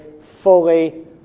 fully